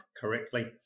correctly